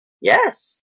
Yes